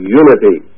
unity